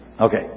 Okay